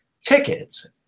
tickets